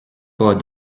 pas